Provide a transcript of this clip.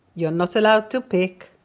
you're not allowed to pick.